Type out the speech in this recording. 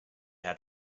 had